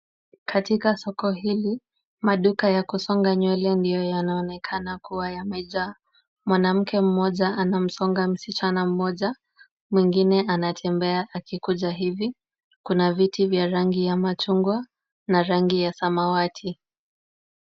Katika soko hili, maduka ya kusonga nywele ndiyo yanaonekana kuwa yamejaa. Mwanamke mmoja anamsonga msichana mmoja, mwingine anatembea akikuja hivi. Kuna viti vya rangi ya machungwa na rangi ya samawati.